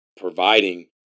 providing